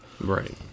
Right